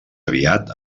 aviat